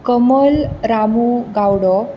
Kamal Ramu Gawda